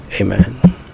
Amen